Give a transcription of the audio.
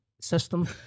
system